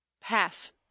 pass